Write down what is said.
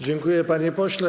Dziękuję, panie pośle.